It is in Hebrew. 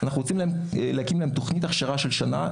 אנחנו רוצים להקים להם תוכנית הכשרה של שנה.